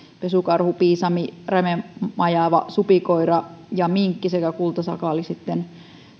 pesukarhun piisamin rämemajavan supikoiran ja minkin sekä kultasakaalin osalta sitten